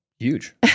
Huge